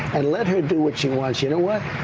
and let her do what she wants. you know what?